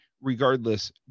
regardless